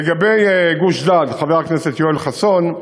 לגבי גוש-דן, חבר הכנסת יואל חסון,